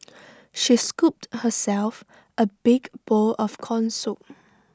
she scooped herself A big bowl of Corn Soup